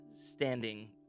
standing